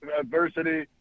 adversity